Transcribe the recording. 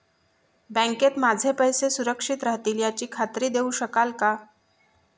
बँकेत माझे पैसे सुरक्षित राहतील याची खात्री देऊ शकाल का?